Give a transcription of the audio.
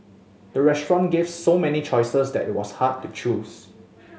the restaurant gave so many choices that it was hard to choose